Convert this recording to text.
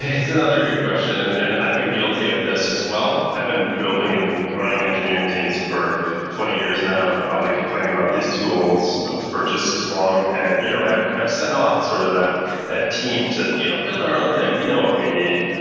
it's another good question, and and i've been guilty of this as well. i've been building and running engineering teams for twenty years now and probably complaining about these tools for just as long and you know have have sendoff sort of that that team to you know build our own thing. we know what we need.